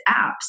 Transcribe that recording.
apps